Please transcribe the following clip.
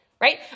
Right